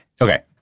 Okay